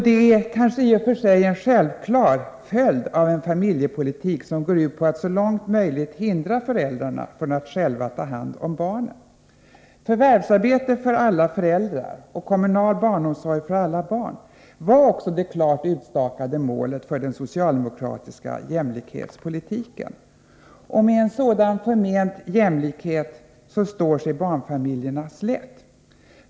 Det är kanske i och för sig en självklar följd av en familjepolitik som går ut på att så långt möjligt hindra föräldrarna från att själva ta hand om barnen. Förvärvsarbete för alla föräldrar och kommunal barnomsorg för alla barn var också det klart utstakade målet för den socialdemokratiska jämlikhetspolitiken. Med en sådan förment jämlikhet står sig flerbarnsfamiljerna slätt.